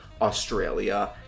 Australia